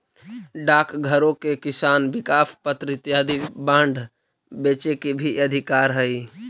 डाकघरो के किसान विकास पत्र इत्यादि बांड बेचे के भी अधिकार हइ